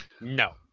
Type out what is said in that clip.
No